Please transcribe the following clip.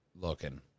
looking